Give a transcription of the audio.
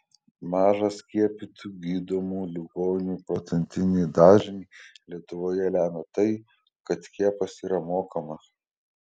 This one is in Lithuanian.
mažą skiepytų gydomų ligonių procentinį dažnį lietuvoje lemia tai kad skiepas yra mokamas